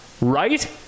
right